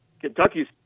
Kentucky's